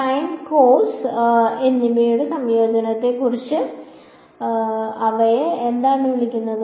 sign cos എന്നിവയുടെ സംയോജനത്തെക്കുറിച്ച് അവയെ എന്താണ് വിളിക്കുന്നത്